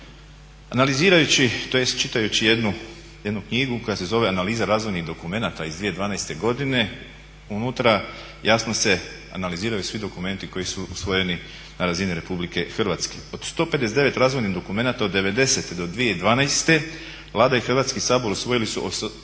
Analizirajući, tj. čitajući jednu knjigu koja se zove analiza razvojnih dokumenata iz 2012. godine unutra jasno se analiziraju svi dokumenti koji su usvojeni na razini Republike Hrvatske. Od 159. razvojnih dokumenata od '90.-te do 2012. Vlada i Hrvatski sabor usvojili su 87